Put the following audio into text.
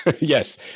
Yes